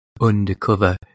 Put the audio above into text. undercover